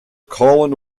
colin